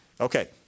Okay